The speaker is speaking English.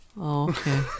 Okay